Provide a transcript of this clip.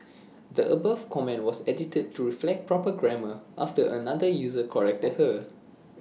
the above comment was edited to reflect proper grammar after another user corrected her